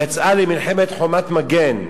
והיא יצאה למלחמת "חומת מגן".